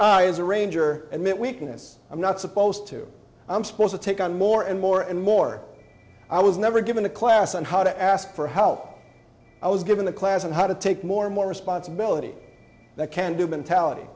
a ranger and that weakness i'm not supposed to i'm supposed to take on more and more and more i was never given a class on how to ask for help i was given a class on how to take more and more responsibility that can do mentality